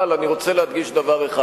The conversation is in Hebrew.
אבל אני רוצה להדגיש דבר אחד.